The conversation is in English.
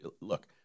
look